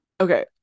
okay